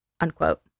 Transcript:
unquote